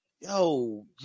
yo